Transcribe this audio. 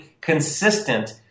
consistent